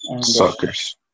Suckers